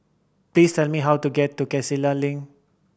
please tell me how to get to Link